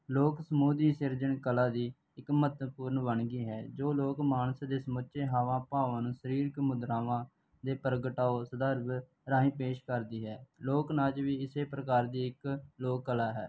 ਲੋਕ ਸਮੂਹ ਦੀ ਸਿਰਜਣ ਕਲਾ ਦੀ ਇੱਕ ਮਹੱਤਵਪੂਰਨ ਵਨਗੀ ਹੈ ਜੋ ਲੋਕ ਮਾਨਸ ਦੇ ਸਮੱਝੇ ਹਵਾਂ ਭਾਵਾਂ ਨੂੰ ਸਰੀਰਕ ਮੁਦਰਾਵਾਂ ਦੇ ਪ੍ਰਗਟਾਉ ਸਦਰਭ ਰਾਹੀਂ ਪੇਸ਼ ਕਰਦੀ ਹੈ ਲੋਕ ਨਾਚ ਵੀ ਇਸੇ ਪ੍ਰਕਾਰ ਦੀ ਇੱਕ ਲੋਕ ਕਲਾ ਹੈ